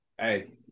Hey